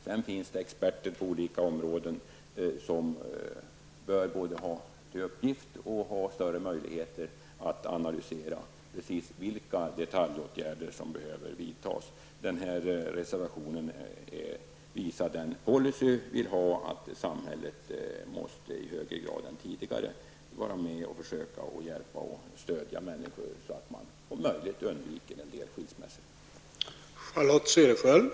Sedan finns det experter på olika områden som bör ha både till uppgift och större möjligheter att analysera precis vilka detaljåtgärder som behöver vidtas. I reservationen visar vi den policy vi har, nämligen att samhället i högre grad måste försöka hjälpa och stödja människor så att vi undviker en del skilsmässor.